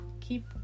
keep